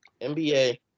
nba